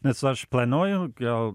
nes aš planuoju gal